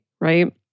Right